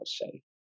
say